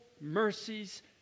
mercies